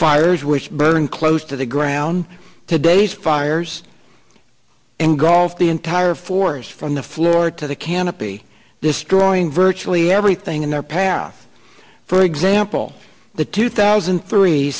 fires which burned close to the ground today fires and golf the entire force from the floor to the canopy destroying virtually everything in their path for example the two thousand three